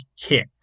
Kick